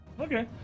Okay